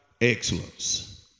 Excellence